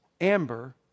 Amber